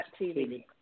TV